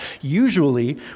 Usually